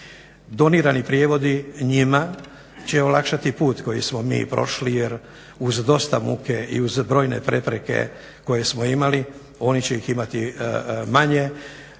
Donirani prijevodi njima će olakšati put koji smo mi prošli jer uz dosta muke i uz brojne prepreke koje smo imali oni će ih imati manje